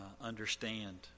understand